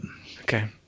Okay